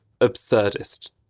absurdist